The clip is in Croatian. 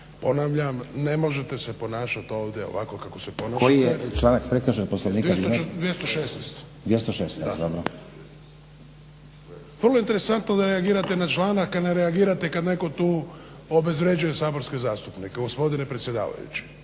Ponavljam ne možete se ponašati ovdje ovako kako se ponašate. Prekršen je članka 216. Vrlo je interesantno da reagirate na članak a ne reagirate kad netko tu obezvređuje saborske zastupnike, gospodine predsjedavajući.